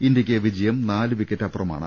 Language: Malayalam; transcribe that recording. ഇന്ത്യക്ക് വിജയം നാലുവിക്കറ്റിന് അപ്പുറമാണ്